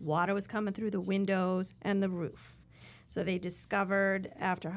water was coming through the windows and the roof so they discovered after